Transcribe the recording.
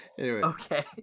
Okay